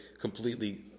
completely